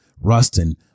Rustin